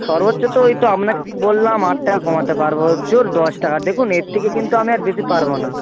সর্বোচ্চ তো ওই তো আপনাকে বললাম আট টাকা কমাতে পারবো জোর দশ টাকা দেখুন এর থেকে কিন্তু আমি আর বেশি পারবো না